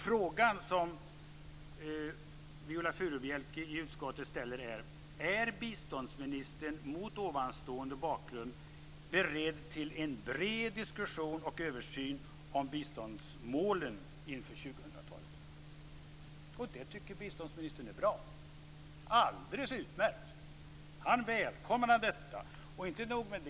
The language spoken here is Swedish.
Frågan som Viola Furubjelke ställer är: Är biståndsministern mot ovanstående bakgrund beredd till en bred diskussion och översyn när det gäller biståndsmålen inför 2000-talet? Det tycker biståndsministern är bra. Biståndsministern välkomnar detta. Inte nog med det.